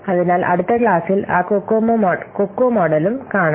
അതിനാൽ അടുത്ത ക്ലാസ്സിൽ ആ കൊക്കോ മോഡലും കാണും